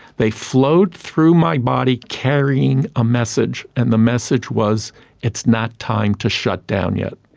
they flowed through my body, carrying a message, and the message was it's not time to shut down yet.